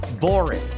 boring